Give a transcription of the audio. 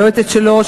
היועצת שלו,